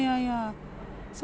yeah so